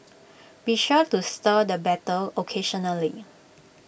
be sure to stir the batter occasionally